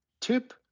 tip